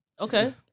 Okay